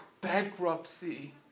bankruptcy